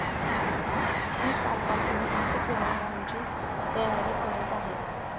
मी कालपासून आर्थिक व्यवहारांची तयारी करत आहे